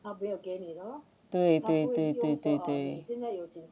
对对对对对对